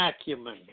acumen